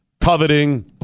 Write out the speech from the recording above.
Coveting